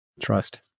trust